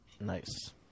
Nice